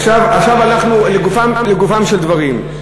עכשיו לגופם של דברים.